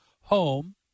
home